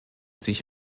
sich